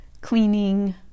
cleaning